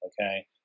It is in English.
Okay